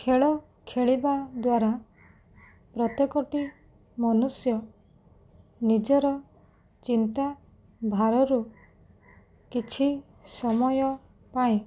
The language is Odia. ଖେଳ ଖେଳିବାଦ୍ୱାରା ପ୍ରତ୍ୟେକଟି ମନୁଷ୍ୟ ନିଜର ଚିନ୍ତା ଭାରରୁ କିଛି ସମୟ ପାଇଁ